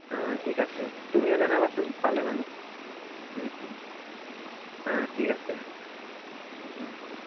অঁ ঠিক আছে তুমিও জনাবাচোন পালে মানে অঁ ঠিক আছে